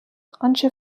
آنچه